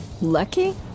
Lucky